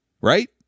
Right